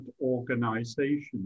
organizations